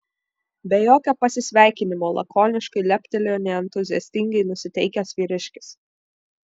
be jokio pasisveikinimo lakoniškai leptelėjo neentuziastingai nusiteikęs vyriškis